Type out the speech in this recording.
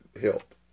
help